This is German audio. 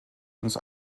uns